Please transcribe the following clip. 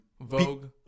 vogue